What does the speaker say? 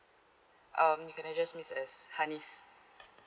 um you can address me as hanis